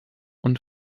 und